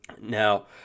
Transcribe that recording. Now